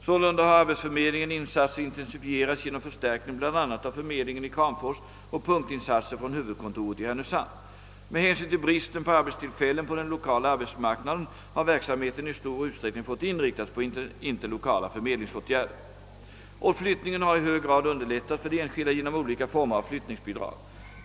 Sålunda har arbetsförmedlingens insatser intensifierats genom förstärkning bl.a. av förmedlingen i Kramfors och punktinsatser från huvudkontoret i Härnösand. Med hänsyn till bristen på arbetstillfällen på den lokala arbetsmarknaden har verksamheten i stor utsträckning fått inriktas på interlokala förmedlingsåtgärder. Flyttningen har i hög grad underlättats för de enskilda genom olika former av flyttningsbidrag.